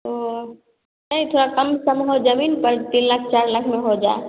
ओह नहीं थोड़ा कम सम हो ज़मीन पर तीन लाख चार लाख में हो जाए